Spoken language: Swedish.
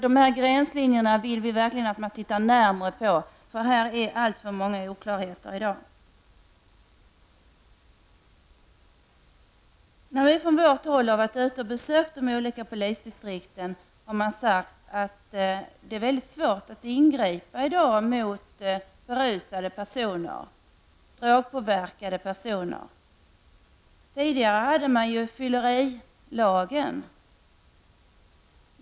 Vi vill verkligen att man skall titta litet närmare på dessa gränslinjer. Här råder alltför många oklarheter i dag. När vi i centern har varit på besök ute i polisdistrikten har vi fått höra att det är mycket svårt att i dag ingripa mot berusade och drogpåverkade personer. Tidigare fanns fyllerilagen.